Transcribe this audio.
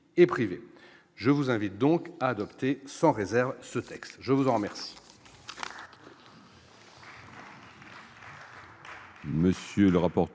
je vous invite donc à adopter sans réserve ce texte, je vous en remercie.